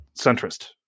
centrist